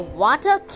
water